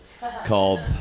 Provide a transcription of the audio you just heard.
called